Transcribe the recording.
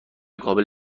قابل